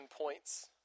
points